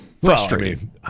frustrating